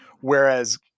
whereas